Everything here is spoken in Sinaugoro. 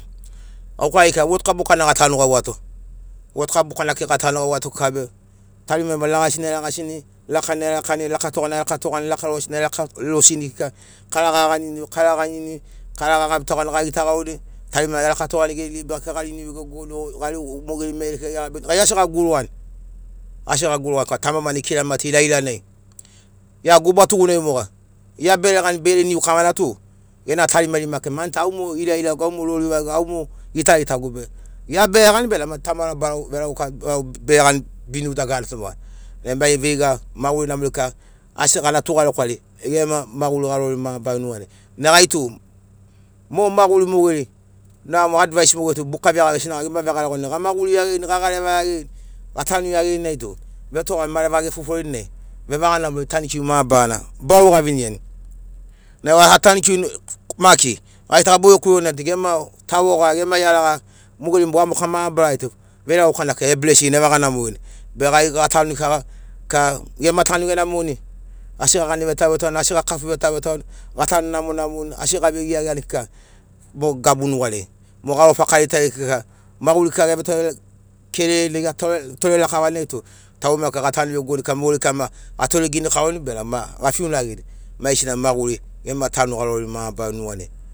Gauka geri kira votuka bokana gatanu gauato, votuka bokana kekei gatanu gauato kika be tarimarima lagasina elagasini lakana elakani lakatogana erakatogani lakalosina erakalosini kika, kara gaganini o kara ganiuni kara gagabitogani gagita gauni tarima gerakatogani geri libai gari niu gegogoni o gari mogeri maigeri gegabini gai asi gagurugani asi gagurugani korana tamamana ikiramato ilailanai gia guba tugunai moga gia bere gani bere niu kavana tu gena tarimarima kika mani tu au mo ilailagu au mo gitagitagi be gia bege gani bena mani tamara barau veregauka varau bere gani biniu dagarana tu moga e mai veiga maguri namori kika asi gana tugarekwari gema maguri garori mabarari nugariai. Nai gai tu mo maguri mogeri nogamo advais mogeri tu buka veaga gesi noga gema vegaragoni nai gamaguri iagirini gagareva iagirini gatanu iagirini nai tu vetoga mareva gefoforini nai vevaga namori tanikiu mabarana barau gaviniani nai au atanikiuni maki gai tu gaboge kureni gema tavoga gema iaraga mogeri gwamoka mabarari tu veregauka na kika eblesirini evaga namorini be gai gatanuni kika ka gema tanu genamoni asi gagani vetauvetauni asi gakafu vetauvetauni gatanu namo namoni asi gavei geageani mo gabu nugariai mo garo fakariai tari kika maguri kika geavetore kerereni nai geatore tore lakavani nai tu taugema kika gatanu vegogoni mogeri kika ma atore ginikaurini benamo ma gafiunagini maigesina maguri gema tanu garori mabarari nuganai